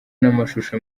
n’amashusho